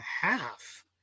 half